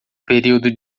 período